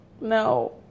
No